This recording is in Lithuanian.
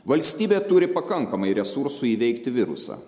valstybė turi pakankamai resursų įveikti virusą